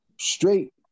straight